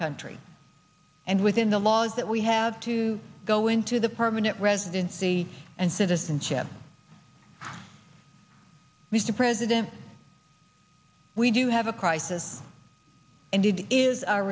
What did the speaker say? country and within the laws that we have to go into the permanent residency and citizenship mr president we do have a crisis and it is our